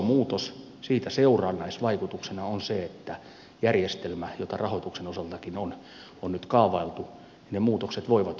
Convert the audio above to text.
isosta muutoksesta seurannaisvaikutuksena on se että järjestelmässä jota rahoituksen osaltakin on nyt kaavailtu ne muutokset voivat olla isoja